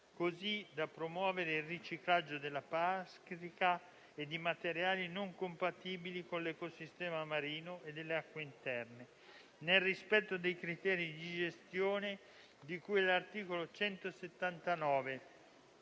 così da promuovere il riciclaggio della plastica e di materiali non compatibili con l'ecosistema marino e delle acque interne nel rispetto dei criteri di gestione di cui all'articolo 179